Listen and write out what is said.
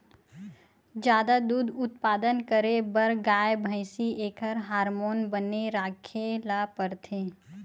जादा दूद उत्पादन करे बर गाय, भइसी एखर हारमोन बने राखे ल परथे